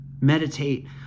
Meditate